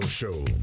Show